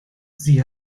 sie